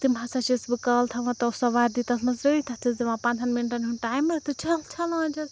تِم ہَسا چھیٚس بہٕ کالہٕ تھاوان تو سۄ وَردی تتھ منٛز تٔرٛٲیِتھ تَتھ چھیٚس دِوان پنٛدٕہَن مِنٹَن ہُنٛد ٹایمَر تہٕ چھَل چھَلان چھیٚس